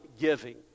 giving